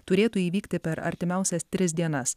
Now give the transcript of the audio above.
turėtų įvykti per artimiausias tris dienas